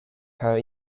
her